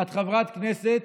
את חברת כנסת